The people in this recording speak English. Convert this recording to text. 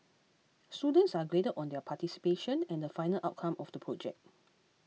students are graded on their participation and the final outcome of the project